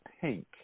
pink